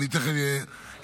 ואני תכף אדגיש,